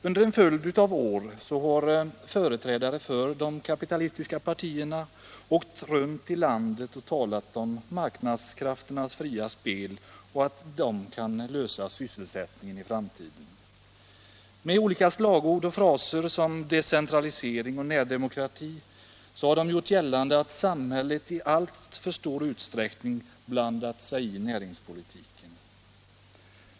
Under en följd av år har företrädare för de kapitalistiska partierna åkt runt i landet och talat om att marknadskrafternas fria spel kan klara sysselsättningen i framtiden. Med slagord och fraser som decentralisering och närdemokrati har de gjort gällande att samhället i alltför stor utsträckning blandat sig i näringspolitiken.